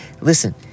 Listen